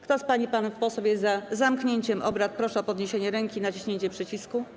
Kto z pań i panów posłów jest za zamknięciem obrad, proszę o podniesienie ręki i naciśnięcie przycisku.